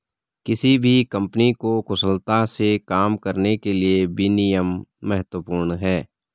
किसी भी कंपनी को कुशलता से काम करने के लिए विनियम महत्वपूर्ण हैं